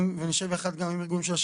נשב עם הארגונים ונשב גם עם ארגון אנשים